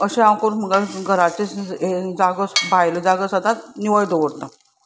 अशें हांव करून म्हगेल्या घराचो जागो भायलो जागो सदांच निवळ दवरता